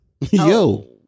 Yo